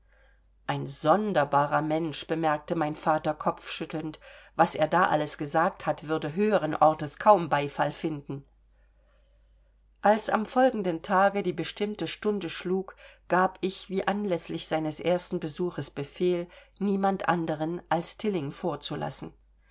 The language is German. ein sonderbarer mensch bemerkte mein vater kopfschüttelnd was er da alles gesagt hat würde höheren ortes kaum beifall finden als am folgenden tage die bestimmte stunde schlug gab ich wie anläßlich seines ersten besuches befehl niemand anderen als tilling vorzulassen